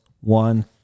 one